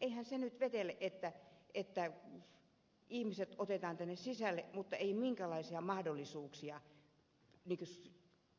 eihän se nyt vetele että ihmiset otetaan tänne sisälle mutta ei ole minkäänlaisia mahdollisuuksia